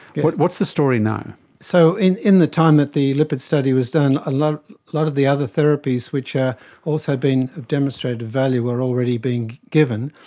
but what's the story now? so in in the time that the lipid study was done, a lot lot of the other therapies which are also being of demonstrated value were already being given,